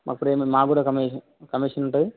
అప్పుడు మాకు కూడా కమిషన్ కమిషన్ ఉంటుంది